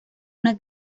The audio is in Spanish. una